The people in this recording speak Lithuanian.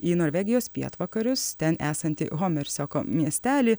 į norvegijos pietvakarius ten esantį homirsioko miestelį